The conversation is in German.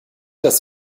das